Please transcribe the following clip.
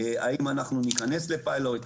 האם אנחנו ניכנס לפיילוט,